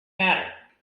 matter